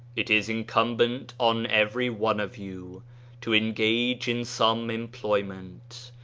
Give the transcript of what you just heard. it is incumbent on every one of you to engage in some employment,